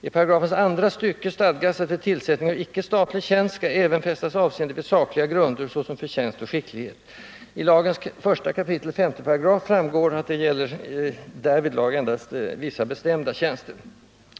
I paragrafens andra stycke stadgas att vid tillsättning av icke statlig tjänst skall även fästas avseende vid sakliga grunder såsom förtjänst och skicklighet.” Stycket slutar med att det framgår av lagens 1 kap. 5 § att det därvidlag gäller endast vissa bestämda tjänster.